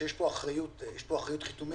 שיש פה אחריות חיתומית,